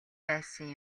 байсан